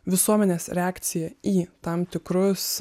visuomenės reakcija į tam tikrus